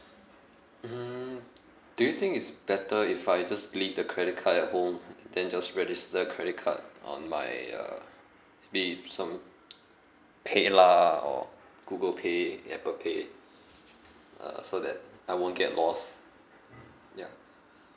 mm do you think it's better if I just leave the credit card at home th~ then just register credit card on my uh pay with some paylah or google pay apple pay uh so that I won't get lost ya